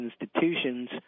institutions